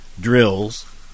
drills